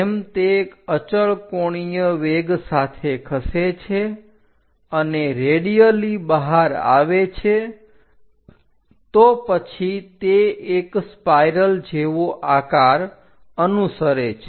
જેમ તે અચળ કોણીય વેગ સાથે ખસે છે અને રેડિયલી બહાર આવે છે તો પછી તે એક સ્પાઇરલ જેવો આકાર અનુસરે છે